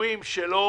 סגורים שלא